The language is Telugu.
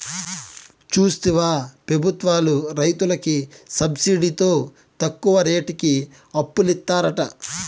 చూస్తివా పెబుత్వాలు రైతులకి సబ్సిడితో తక్కువ రేటుకి అప్పులిత్తారట